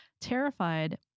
terrified